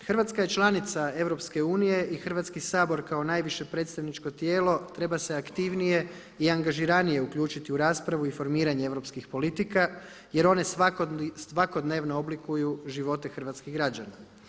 Hrvatska je članica Europske unije i Hrvatski sabor kao najviše najviše predstavničko tijelo treba se aktivnije i angažiranije uključiti u raspravu i informiranje europskih politika jer one svakodnevno oblikuju živote hrvatskih građana.